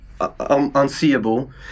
unseeable